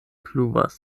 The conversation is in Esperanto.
pluvas